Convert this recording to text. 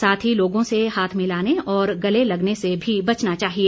साथ ही लोगों से हाथ मिलाने और गले लगने से भी बचना चाहिए